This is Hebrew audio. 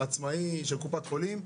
עצמאי או של קופת חולים,